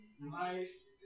Nice